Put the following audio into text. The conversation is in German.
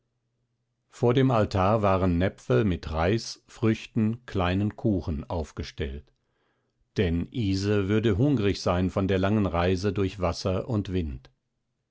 vor dem altar waren näpfe mit reis früchten kleinen kuchen aufgestellt denn ise würde hungrig sein von der langen reise durch wasser und wind